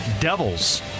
Devils